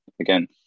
again